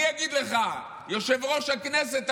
אני אגיד לך: יושב-ראש הכנסת אמר: